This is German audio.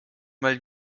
mal